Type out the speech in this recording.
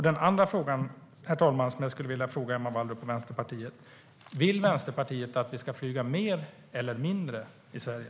Den andra fråga som jag skulle vilja ställa till Emma Wallrup och Vänsterpartiet är: Vill Vänsterpartiet att vi ska flyga mer eller mindre i Sverige?